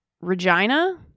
Regina